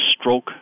stroke